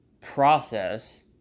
process